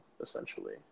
essentially